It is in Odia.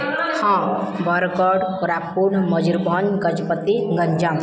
ହଁ ବରଗଡ଼ କୋରାପୁଟ ମୟୁରଭଞ୍ଜ ଗଜପତି ଗଞ୍ଜାମ